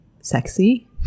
sexy